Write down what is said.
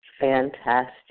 fantastic